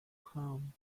home